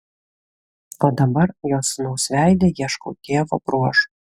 o dabar jo sūnaus veide ieškau tėvo bruožų